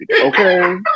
okay